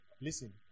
Listen